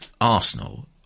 Arsenal